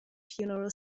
funeral